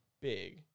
big